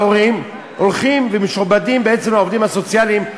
ההורים הולכים ומשועבדים לעובדים הסוציאליים בלשכת הרווחה.